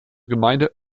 gemeinde